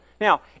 Now